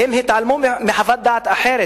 והם התעלמו מחוות דעת אחרת,